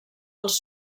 als